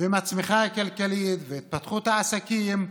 ומהצמיחה הכלכלית והתפתחות העסקים,